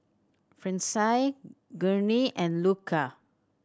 Francine Gurney and Luca